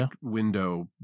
window